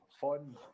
fun